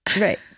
Right